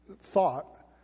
thought